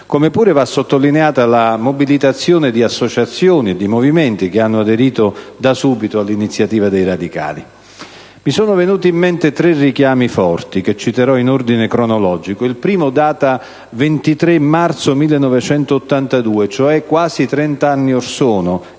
Come pure va sottolineata la mobilitazione di associazioni e movimenti che hanno aderito da subito all'iniziativa dei radicali. Mi sono venuti in mente tre richiami forti che citerò in ordine cronologico: il primo data 23 marzo 1982, e cioè quasi trent'anni or sono,